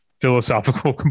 philosophical